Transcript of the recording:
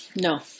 No